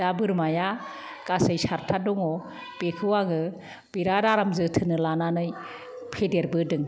दा बोरमाया गासै सातथा दङ बेखौ आङो बिरात आरामै जोथोनो लानानै फेदेरबोदों